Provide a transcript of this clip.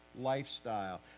lifestyle